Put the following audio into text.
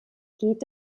geht